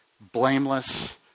blameless